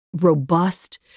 robust